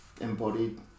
Embodied